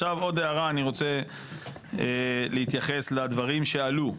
עכשיו עוד הערה אני רוצה להתייחס לדברים שעלו,